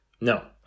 No